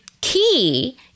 key